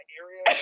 area